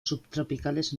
subtropicales